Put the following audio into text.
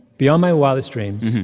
beyond my wildest dreams.